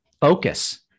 Focus